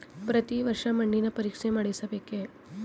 ಪ್ರತಿ ವರ್ಷ ಮಣ್ಣಿನ ಪರೀಕ್ಷೆ ಮಾಡಿಸಬೇಕೇ?